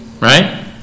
right